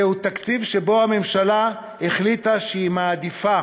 זהו תקציב שבו הממשלה החליטה שהיא מעדיפה